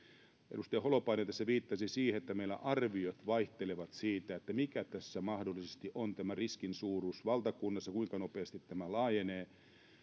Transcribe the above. edustaja holopainen tässä viittasi siihen että meillä arviot vaihtelevat siitä mikä tässä mahdollisesti on tämä riskin suuruus valtakunnassa kuinka nopeasti